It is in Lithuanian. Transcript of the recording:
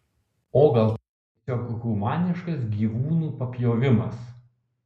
o gal tai tiesiog humaniškas gyvūnų papjovimas